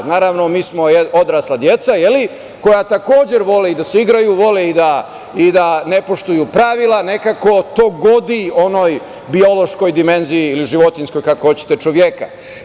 Naravno, mi smo odrasla deca koja takođe vole i da se igraju, vole i da ne poštuju pravila nekako to godi onoj biološkoj dimenziji ili životinjskoj, kako hoćete, čoveka.